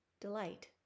delight